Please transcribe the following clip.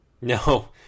No